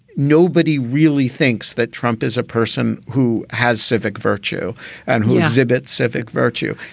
nobody really thinks that trump is a person who has civic virtue and he exhibits civic virtue.